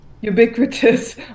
ubiquitous